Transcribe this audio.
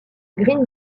green